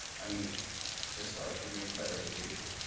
i mean just thought if you're making a presentation.